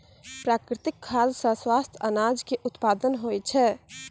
प्राकृतिक खाद सॅ स्वस्थ अनाज के उत्पादन होय छै